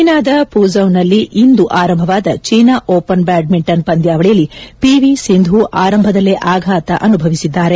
ಚೀನಾದ ಪೂಝೌನಲ್ಲಿ ಇಂದು ಆರಂಭವಾದ ಚೀನಾ ಓಪನ್ ಬ್ಯಾಡ್ಖಿಂಟನ್ ಪಂದ್ಯಾವಳಿಯಲ್ಲಿ ಪಿವಿ ಸಿಂಧು ಆರಂಭದ್ದಲೇ ಆಘಾತ ಅನುಬವಿಸಿದ್ದಾರೆ